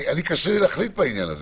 קשה לי להחליט בעניין הזה,